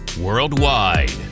worldwide